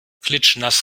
klitschnass